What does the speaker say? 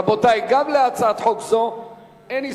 רבותי, גם להצעת חוק זו אין הסתייגויות.